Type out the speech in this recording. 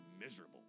miserable